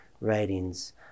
writings